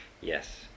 Yes